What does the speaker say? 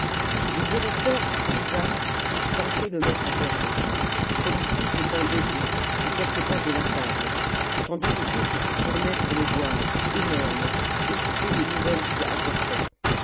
le directeur s'excusa et fit entrer le maître porion celui-ci se tint debout à quelques pas de la table tandis que tous se tournaient pour le voir énorme essoufflé des nouvelles qu'il apportait